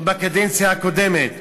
עוד בקדנציה הקודמת,